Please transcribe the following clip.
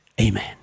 Amen